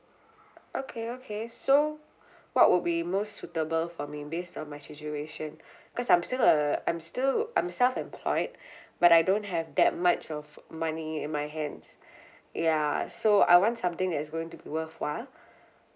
okay okay so what would be most suitable for me based on my situation because I'm still a I'm still I'm self-employed but I don't have that much of money in my hands ya so I want something that is going to be worthwhile